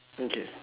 okay